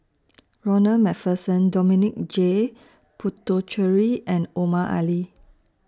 Ronald MacPherson Dominic J Puthucheary and Omar Ali